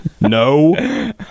No